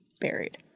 buried